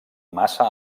massa